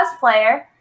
cosplayer